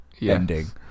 ending